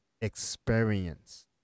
experience